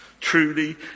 Truly